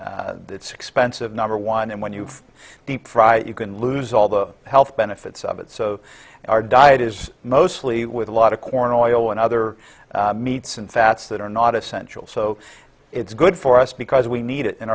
it's expensive number one and when you deep fry it you can lose all the health benefits of it so our diet is mostly with a lot of corn oil and other meats and fats that are not essential so it's good for us because we need it